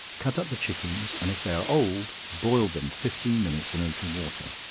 cut up the chickens, and if they are old, boil them fifteen minutes in a little water,